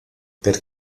per